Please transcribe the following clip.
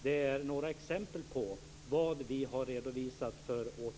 Detta är några exempel på åtgärder som vi har redovisat.